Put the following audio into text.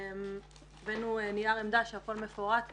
הבאנו נייר עמדה שהכל מפורט כאן.